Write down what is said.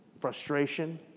frustration